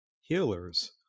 healers